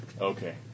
Okay